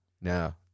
Now